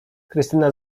krystyna